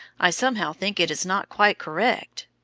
i somehow think it is not quite correct,